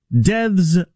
deaths